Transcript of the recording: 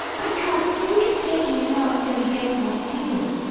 i can't think of taking it out, till you guess what it is.